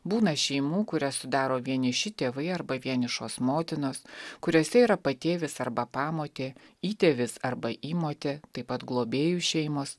būna šeimų kurias sudaro vieniši tėvai arba vienišos motinos kuriose yra patėvis arba pamotė įtėvis arba įmotė taip pat globėjų šeimos